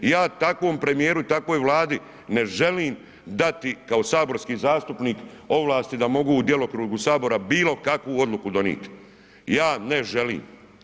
Ja takvom premijeru i takvoj Vladi ne želim dati kao saborski zastupnik ovlasti da mogu u djelokrugu sabora bilo kakvu odluku donit, ja ne želim.